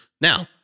Now